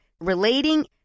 relating